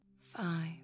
five